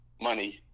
money